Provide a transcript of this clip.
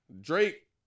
Drake